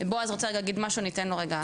בועז, רוצה רגע להגיד משהו, אני אתן לו רגע.